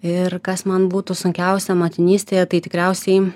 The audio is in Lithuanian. ir kas man būtų sunkiausia motinystėje tai tikriausiai